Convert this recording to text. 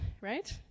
right